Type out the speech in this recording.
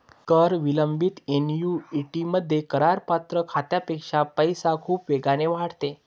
कर विलंबित ऍन्युइटीमध्ये, करपात्र खात्यापेक्षा पैसा खूप वेगाने वाढतो